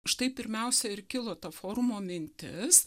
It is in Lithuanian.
štai pirmiausia ir kilo ta forumo mintis